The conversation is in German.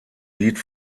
lied